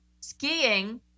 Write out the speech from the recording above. skiing